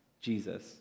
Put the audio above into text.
Jesus